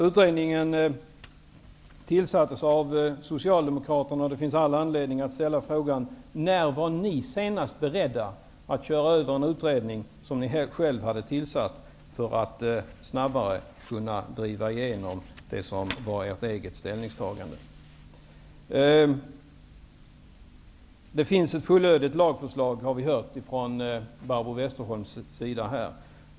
Utredningen tillsattes av Socialdemokraterna, och det finns all anledning att undra när ni senast var beredda att köra över en utredning som ni själva hade tillsatt för att snabbare kunna driva igenom ert eget ställningstagande? Vi har hört från Barbro Westerholms sida att det finns ett fullödigt lagförslag.